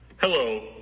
Hello